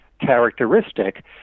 characteristic